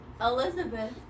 Elizabeth